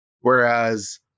Whereas